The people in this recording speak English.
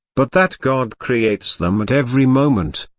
but that god creates them at every moment.